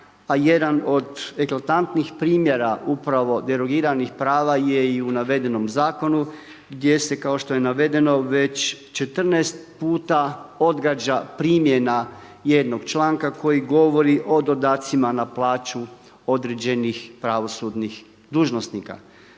a jedan od eklatantnih primjera, upravo derogiranih prava je i u navedenom zakonu gdje se kao što je navedeno već 14 puta odgađa primjena jednog članka koji govori o dodatcima na plaću određenih pravosudnih dužnosnika